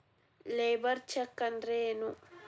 Labour check ಅಂದ್ರ ಏನು?